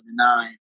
2009